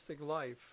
Life